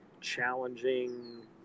challenging